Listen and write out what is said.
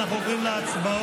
אנחנו עוברים להצבעות,